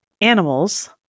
animals